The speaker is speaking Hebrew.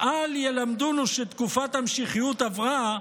“אל ילמדונו שתקופת המשיחיות עברה,